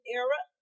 era